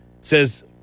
says